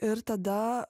ir tada